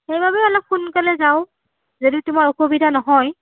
সেইবাবেই অলপ সোনকালে যাওঁ যদি তোমাৰ অসুবিধা নহয়